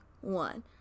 one